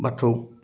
Bathou